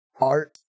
art